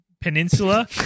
peninsula